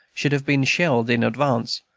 should have been shelled in advance,